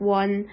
one